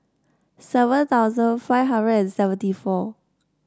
seven thousand five hundred and seventy four